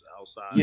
outside